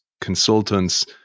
consultants